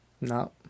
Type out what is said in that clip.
No